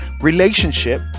relationship